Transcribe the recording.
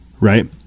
right